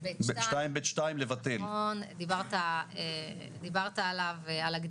לא, כי את מדברת על דיון